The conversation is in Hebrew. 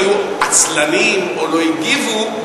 שהיו עצלנים או לא הגיבו,